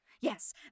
Yes